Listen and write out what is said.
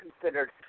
considered